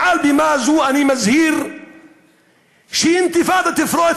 מעל בימה זו אני מזהיר שאינתיפאדה תפרוץ